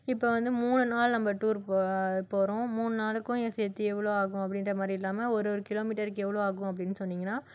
இப்போ வந்து மூணு நாள் நம்ம டூர் போ போகிறோம் மூணு நாளுக்கும் சேர்த்தி எவ்வளோ ஆகும் அப்படின்ற மாதிரி இல்லாமல் ஒரு ஒரு கிலோமீட்டருக்கு எவ்வளோ ஆகும் அப்படினு சொன்னீங்கனா